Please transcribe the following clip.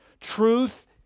Truth